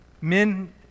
Men